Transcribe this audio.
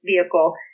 vehicle